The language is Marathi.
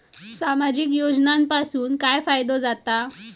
सामाजिक योजनांपासून काय फायदो जाता?